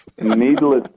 needless